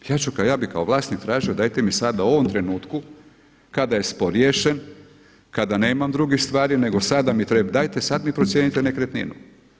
Ja bih kao vlasnik tražio dajte mi sada u ovom trenutku kada je spor riješen, kada nemam drugih stvari, nego sada mi, dajte sad mi procijenite nekretninu.